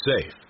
safe